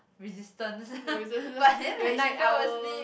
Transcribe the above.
resistance but then like she fell asleep